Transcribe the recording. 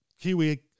Kiwi